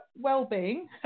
wellbeing